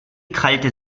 krallte